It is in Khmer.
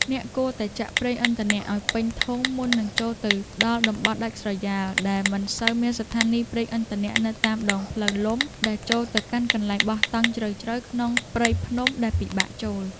អ្នកគួរតែចាក់ប្រេងឥន្ធនៈឱ្យពេញធុងមុននឹងចូលទៅដល់តំបន់ដាច់ស្រយាលដែលមិនសូវមានស្ថានីយប្រេងឥន្ធនៈនៅតាមដងផ្លូវលំដែលចូលទៅកាន់កន្លែងបោះតង់ជ្រៅៗក្នុងព្រៃភ្នំដែលពិបាកចូល។